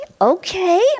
Okay